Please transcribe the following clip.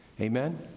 Amen